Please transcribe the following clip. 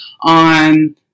on